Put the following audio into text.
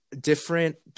different